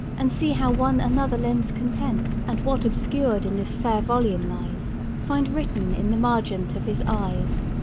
and see how one another lends content and what obscur'd in this fair volume lies find written in the margent of his eyes.